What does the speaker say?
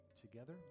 together